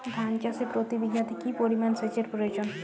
ধান চাষে প্রতি বিঘাতে কি পরিমান সেচের প্রয়োজন?